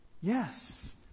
Yes